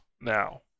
now